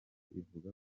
ivuga